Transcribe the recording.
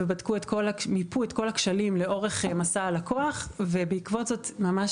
מיפו את כל הכשלים לאורך מסע הלקוח ובעקבות זאת ממש